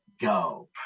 go